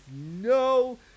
no